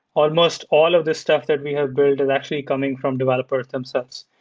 almost all of these stuff that we have built are actually coming from developers themselves.